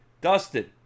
Dustin